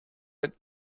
went